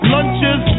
Lunches